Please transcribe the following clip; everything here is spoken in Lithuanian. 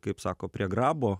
kaip sako prie grabo